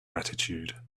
attitude